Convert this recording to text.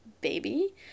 baby